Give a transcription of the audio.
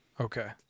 Okay